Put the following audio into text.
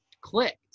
clicked